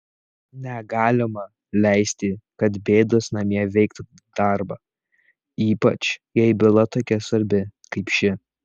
negalima leisti kad bėdos namie veiktų darbą ypač jei byla tokia svarbi kaip ši